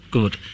Good